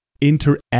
interact